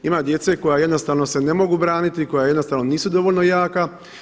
Ima djece koja jednostavno se ne mogu braniti, koja jednostavno nisu dovoljno jaka.